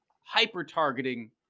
hyper-targeting